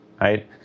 Right